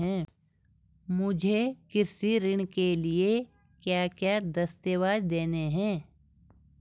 मुझे कृषि ऋण के लिए क्या क्या दस्तावेज़ देने हैं?